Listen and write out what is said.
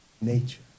Nature